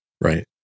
Right